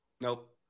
Nope